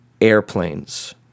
airplanes